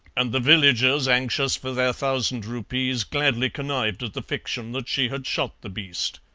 and the villagers, anxious for their thousand rupees, gladly connived at the fiction that she had shot the beast.